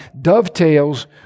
dovetails